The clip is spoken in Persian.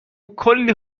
کلی